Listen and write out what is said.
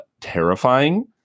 terrifying